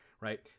right